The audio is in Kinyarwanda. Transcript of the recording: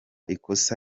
ikosa